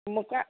ꯃꯨꯛꯀꯥ